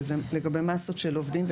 וזה לגבי מסות של עובדים,